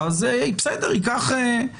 כל עוד יש לו א5